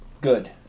Good